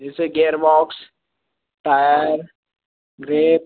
जैसे gear box tyre break